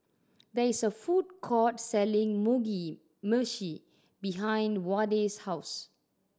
there is a food court selling Mugi Meshi behind Wade's house